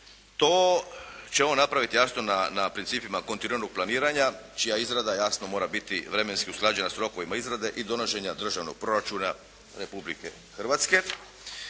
To će on napraviti jasno na principa kontinuiranog planiranja čija izrada jasno mora biti vremenski usklađena s rokovima izrade i donošenja državnog proračuna Republike Hrvatske,